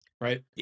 Right